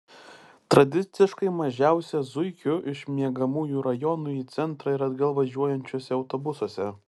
tradiciškai mažiausia zuikių iš miegamųjų rajonų į centrą ir atgal važiuojančiuose autobusuose